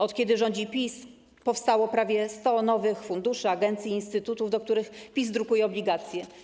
Od kiedy rządzi PiS, powstało prawie 100 nowych funduszy, agencji, instytutów, do których PiS drukuje obligacje.